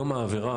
היום העבירה,